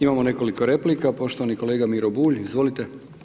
Imamo nekoliko replika, poštovani kolega Miro Bulj, izvolite.